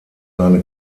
seine